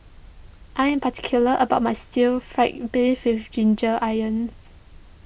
I am particular about my Stir Fried Beef with Ginger Onions